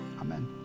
Amen